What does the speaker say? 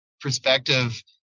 perspective